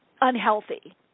unhealthy